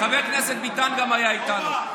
חבר הכנסת ביטן גם היה איתנו.